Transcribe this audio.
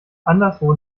anderswo